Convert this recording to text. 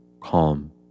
calm